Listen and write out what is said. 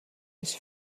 his